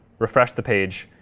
refresh the page,